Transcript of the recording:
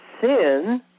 sin